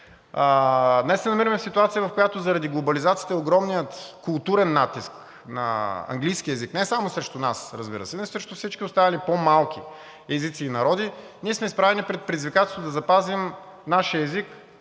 Днес се намираме в ситуация, в която заради глобализацията и огромния културен натиск на английския език не само срещу нас, разбира се, а и срещу всички останали по-малки езици и народи, ние сме изправени пред предизвикателството да запазим нашия език